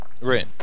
Right